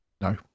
no